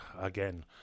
again